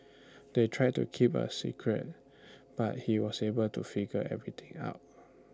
they tried to keep A secret but he was able to figure everything out